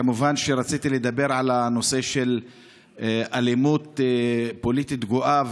כמובן שרציתי לדבר על הנושא של האלימות הפוליטית הגואה.